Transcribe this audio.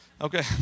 Okay